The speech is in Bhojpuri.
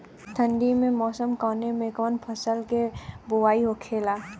ठंडी के मौसम कवने मेंकवन फसल के बोवाई होखेला?